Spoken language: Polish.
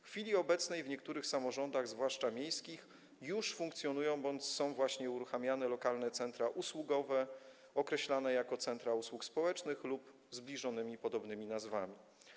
W chwili obecnej w niektórych samorządach, zwłaszcza miejskich, już funkcjonują bądź są właśnie uruchamiane lokalne centra usługowe, określane jako centra usług społecznych lub zbliżonymi, podobnymi nazwami.